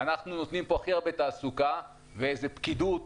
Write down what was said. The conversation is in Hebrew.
אנחנו נותנים פה הכי הרבה תעסוקה ואיזה פקידות